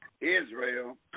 Israel